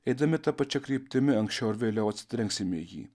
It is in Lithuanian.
eidami ta pačia kryptimi anksčiau ar vėliau atsitrenksime į jį